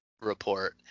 report